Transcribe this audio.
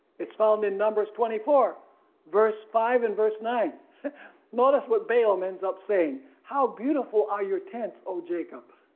its found in numbers twenty four verse five and verse nine notice what balaam ends up saying how beautiful are your tents, o jacob,